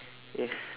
yes